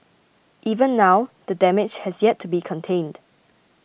even now the damage has yet to be contained